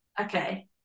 Okay